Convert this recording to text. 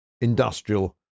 industrial